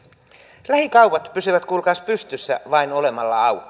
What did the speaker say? lähikaupat pysyvät kuulkaas pystyssä vain olemalla auki